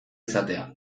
izatea